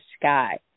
sky